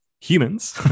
humans